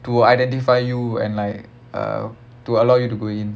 to identify you and like uh to allow you to go in